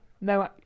No